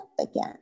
again